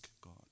God